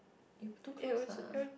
if too close lah